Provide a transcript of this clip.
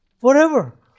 Forever